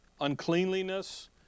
uncleanliness